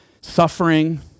suffering